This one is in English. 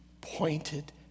pointed